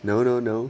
no no no